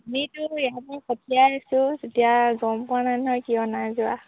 আমিতো ইয়াৰ পৰা পঠিয়াইছোঁ এতিয়া গম পোৱা নাই নহয় কিয় নাই যোৱা